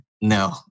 No